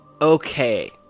okay